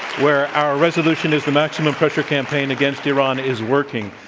where our resolution is the maximum pressure campaign against iran is working.